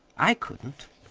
i couldn't!